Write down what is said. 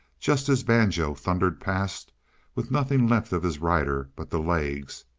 just as banjo thundered past with nothing left of his rider but the legs,